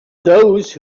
those